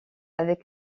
avec